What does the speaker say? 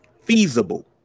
feasible